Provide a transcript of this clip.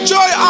Joy